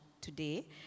today